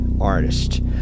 artist